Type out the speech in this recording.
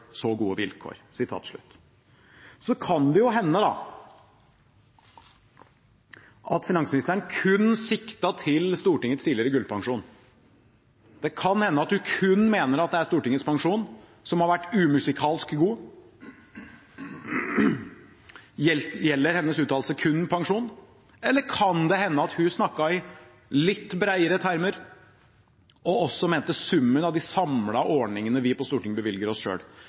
så gode vilkår …». Det kan hende at finansministeren kun siktet til Stortingets tidligere gullpensjon. Det kan hende at hun kun mener at det er Stortingets pensjon som har vært umusikalsk god. Gjelder hennes uttalelse kun pensjon, eller kan det hende at hun snakket i litt bredere termer og også mente summen av de samlede ordningene vi på Stortinget bevilger oss